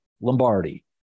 lombardi